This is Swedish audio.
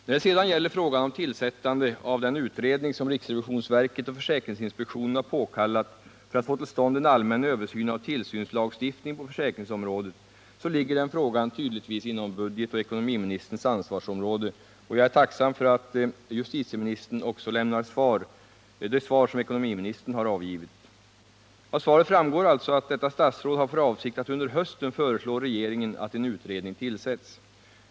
När det sedan gäller frågan om tillsättande av den utredning som riksrevisionsverket och försäkringsinspektionen har påkallat för att få till stånd en allmän översyn av tillsynslagstiftningen på försäkringsområdet ligger den tydligen inom budgetoch ekonomiministerns ansvarsområde, och jag är tacksam för att också justitieministern lämnar de svar som ekonomiministern har avgivit. Av svaret framgår alltså att detta statsråd har för avsikt att under hösten föreslå regeringen att en utredning tillsätts.